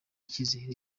icyizere